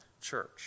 church